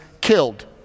killed